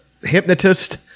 hypnotist